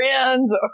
friends